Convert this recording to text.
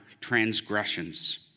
transgressions